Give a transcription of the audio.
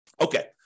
Okay